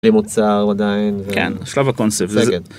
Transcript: למוצר עדיין, כן שלב הקונספט.